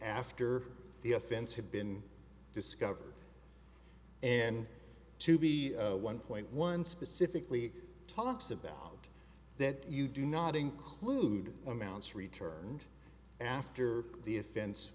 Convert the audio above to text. after the offense had been discovered and to be one point one specifically talks about that you do not include the amounts returned after the offen